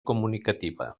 comunicativa